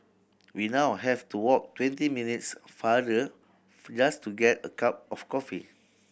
we now have to walk twenty minutes farther just to get a cup of coffee